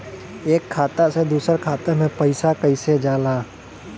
एक खाता से दूसर खाता मे पैसा कईसे जाला?